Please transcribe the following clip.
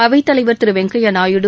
அவைத்தலைவர் திரு வெங்கையா நாயுடு